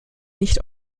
nicht